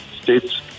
states